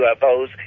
UFOs